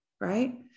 right